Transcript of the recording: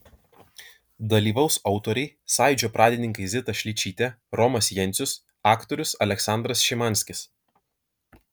dalyvaus autoriai sąjūdžio pradininkai zita šličytė romas jencius aktorius aleksandras šimanskis